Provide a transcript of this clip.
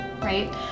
right